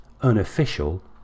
unofficial